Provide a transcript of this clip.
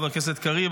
חבר כנסת קריב,